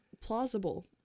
plausible